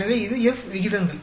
எனவே இது F விகிதங்கள்